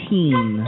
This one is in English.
Team